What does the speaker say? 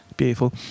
beautiful